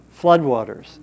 Floodwaters